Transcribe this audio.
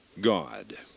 God